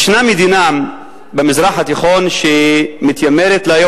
יש מדינה במזרח התיכון שמתיימרת להיות,